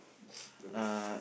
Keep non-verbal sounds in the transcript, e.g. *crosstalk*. *noise* so that's